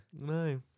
No